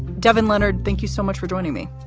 devin leonard, thank you so much for joining me.